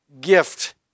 gift